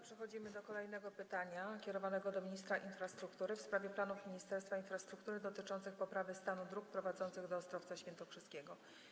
Przechodzimy do kolejnego pytania kierowanego do ministra infrastruktury w sprawie planów Ministerstwa Infrastruktury dotyczących poprawy stanu dróg prowadzących do Ostrowca Świętokrzyskiego.